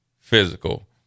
physical